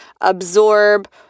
absorb